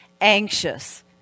anxious